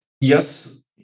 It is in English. Yes